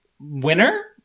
winner